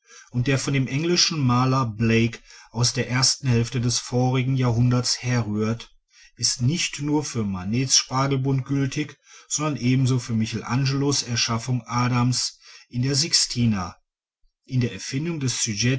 und der von dem englischen maler blake aus der ersten hälfte des vorigen jahrhunderts herrührt ist nicht nur für manets spargelbund gültig sondern ebenso für michelangelos erschaffung adams in der sixtina in der erfindung des